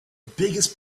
biggest